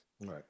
Right